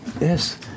Yes